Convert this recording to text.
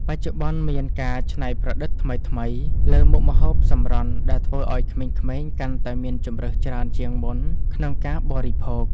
បច្ចុប្បន្នមានការច្នៃប្រឌិតថ្មីៗលើមុខម្ហូបសម្រន់ដែលធ្វើឱ្យក្មេងៗកាន់តែមានជម្រើសច្រើនជាងមុនក្នុងការបរិភោគ។